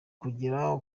kugera